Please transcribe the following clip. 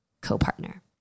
co-partner